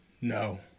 No